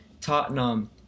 Tottenham